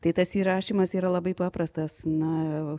tai tas įrašymas yra labai paprastas na